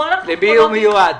למי הוא מיועד?